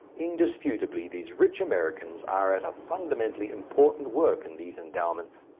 indisputably these rich americans are at a fundamentally important work in these endowments,